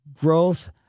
growth